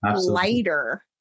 lighter